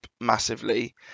massively